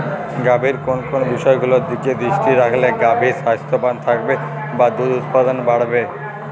গাভীর কোন কোন বিষয়গুলোর দিকে দৃষ্টি রাখলে গাভী স্বাস্থ্যবান থাকবে বা দুধ উৎপাদন বাড়বে?